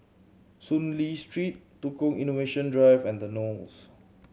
Soon Lee Street Tukang Innovation Drive and The Knolls